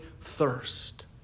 thirst